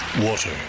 Water